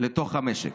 לתוך המשק.